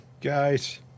guys